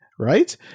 right